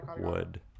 wood